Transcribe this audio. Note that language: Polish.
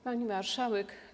Pani Marszałek!